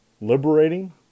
liberating